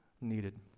needed